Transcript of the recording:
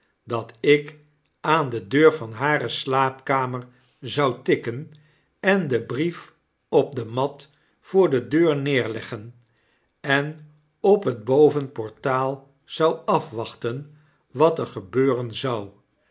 dat ik aan de deur van hare slaapkamer zou tikken en den brief op de mat voor de deur neerleggen en op het bovenportaal zou afwachten wat er gebeurenzou en